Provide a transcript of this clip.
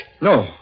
No